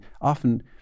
Often